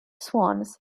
swans